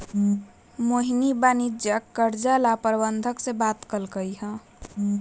मोहिनी वाणिज्यिक कर्जा ला प्रबंधक से बात कलकई ह